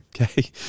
okay